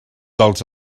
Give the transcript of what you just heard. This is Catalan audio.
dels